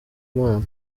mana